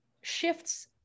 shifts